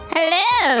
Hello